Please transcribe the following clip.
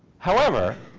however,